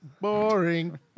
Boring